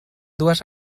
dues